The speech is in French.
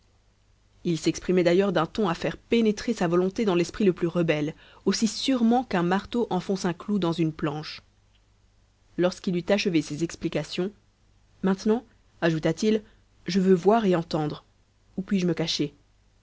il s'exprimait d'ailleurs d'un ton à faire pénétrer sa volonté dans l'esprit le plus rebelle aussi sûrement qu'un marteau enfonce un clou dans une planche lorsqu'il eut achevé ses explications maintenant ajouta-t-il je veux voir et entendre où puis-je me cacher